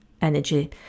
energy